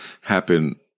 happen